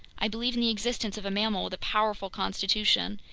i believe in the existence of a mammal with a powerful constitution,